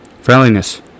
Friendliness